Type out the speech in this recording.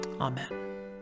Amen